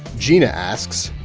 gina asks,